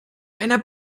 einer